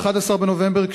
11 בנובמבר,